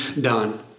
done